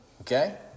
Okay